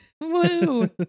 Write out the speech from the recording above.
Woo